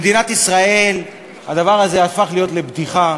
במדינת ישראל הדבר הזה הפך להיות בדיחה.